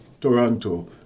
Toronto